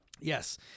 Yes